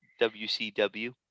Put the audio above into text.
WCW